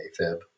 afib